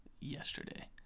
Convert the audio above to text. yesterday